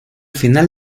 final